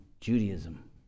Judaism